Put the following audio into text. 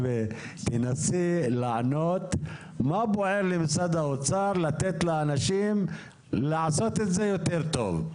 תנסי לענות מה בוער למשרד האוצר לתת לאנשים לעשות את זה יותר טוב.